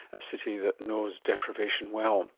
a city that knows deprivation well